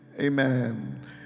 Amen